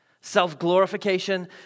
Self-glorification